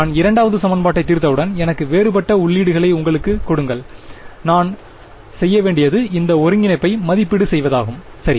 நான் இரண்டாவது சமன்பாட்டை தீர்த்தவுடன் எனக்கு வேறுபட்ட உள்ளீடுகளை எங்களுக்குக் கொடுங்கள் நான் செய்ய வேண்டியது இந்த ஒருங்கிணைப்பை மதிப்பீடு செய்வதாகும் சரி